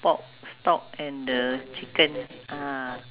no prawn oh chicken bone ah